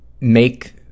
make